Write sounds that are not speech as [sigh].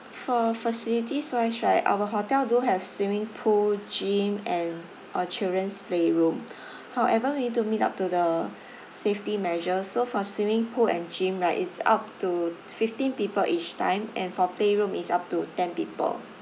for facilities wise right our hotel do have swimming pool gym and a children's playroom [breath] however we need to meet up to the [breath] safety measure so for swimming pool and gym right it's up to fifteen people each time and for playroom it's up to ten people